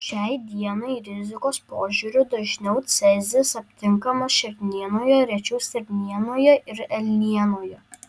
šiai dienai rizikos požiūriu dažniau cezis aptinkamas šernienoje rečiau stirnienoje ir elnienoje